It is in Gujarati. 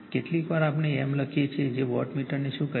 કેટલીકવાર આપણે m લખીએ છીએ કે વોટમીટરને શું કહે છે